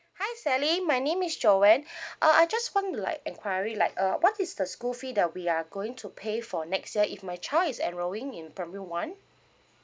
hi sally my name is joan uh I just want like enquiry like uh what is the school fee that we are going to pay for next year if my child is enrolling in primary one